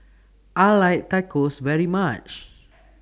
I like Tacos very much